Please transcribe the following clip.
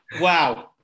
wow